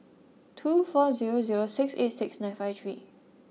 two four zero zero six eight six nine five three